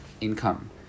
income